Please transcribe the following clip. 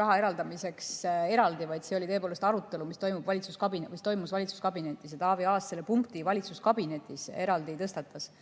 raha eraldamiseks eraldi, vaid see oli tõepoolest arutelu, mis toimus valitsuskabinetis. Ja Taavi Aas selle punkti valitsuskabinetis eraldi tõstatas.